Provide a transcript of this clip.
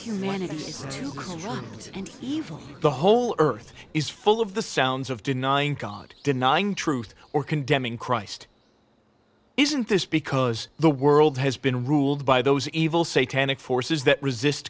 even the whole earth is full of the sounds of denying god denying truth or condemning christ isn't this because the world has been ruled by those evil say tannic forces that resist